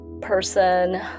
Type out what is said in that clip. person